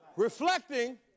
Reflecting